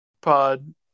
pod